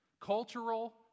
Cultural